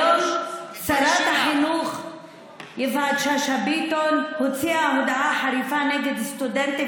היום שרת החינוך יפעת שאשא ביטון הוציאה הודעה חריפה נגד סטודנטים